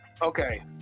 Okay